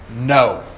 no